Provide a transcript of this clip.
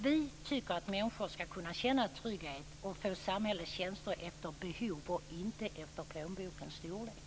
Vi tycker att människor skall kunna känna trygghet och få samhällets tjänster efter behov och inte efter plånbokens storlek.